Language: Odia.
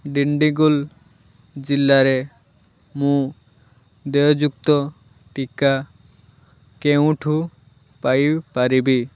ଡିଣ୍ଡିଗୁଲ ଜିଲ୍ଲାରେ ମୁଁ ଦେୟଯୁକ୍ତ ଟିକା କେଉଁଠୁ ପାଇପାରିବି